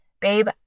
babe